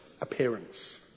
appearance